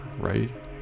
right